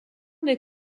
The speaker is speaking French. des